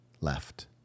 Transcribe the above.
left